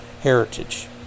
heritage